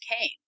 came